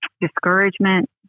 discouragement